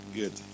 good